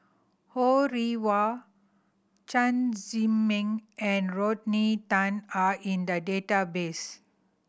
Ho Rih Hwa Chen Zhiming and Rodney Tan are in the database